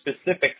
specific